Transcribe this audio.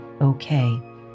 okay